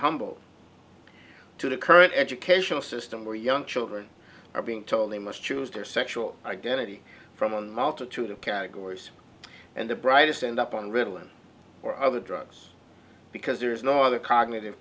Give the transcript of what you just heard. humbled to the current educational system where young children are being told they must choose their sexual identity from a multitude of categories and the brightest end up on ritalin or other drugs because there is no other cognitive